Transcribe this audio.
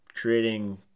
creating